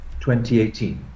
2018